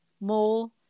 more